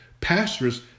pastors